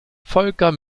volker